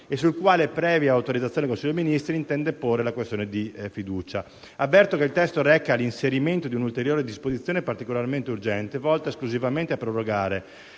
sul quale, previa autorizzazione del Consiglio dei ministri, intende porre la questione di fiducia. Avverto che il testo reca l'inserimento di una ulteriore disposizione particolarmente urgente, volta esclusivamente a prorogare